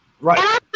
right